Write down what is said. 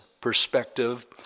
perspective